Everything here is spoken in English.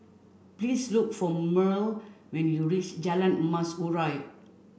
please look for Mearl when you reach Jalan Emas Urai